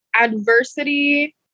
Adversity